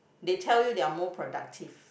they tell you they are more productive